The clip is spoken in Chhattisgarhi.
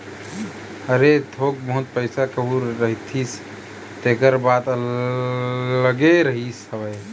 अरे थोक बहुत पइसा कहूँ रहितिस तेखर बात अलगे रहिस हवय